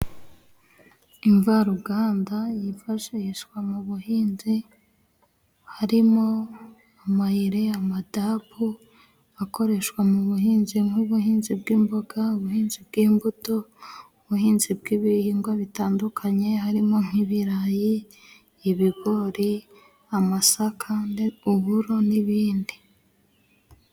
Imvaruganda yifashishwa mu buhinzi. Harimo amayire, amadapu, akoreshwa mu buhinzi, nk'ubuhinzi bw'imboga, ubuhinzi bw'imbuto, ubuhinzi bw'ibihingwa bitandukanye harimo nk'ibirayi, ibigori, amasaka, uburo n'ibindi.